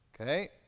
Okay